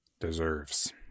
deserves